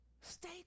Stay